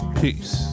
peace